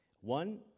One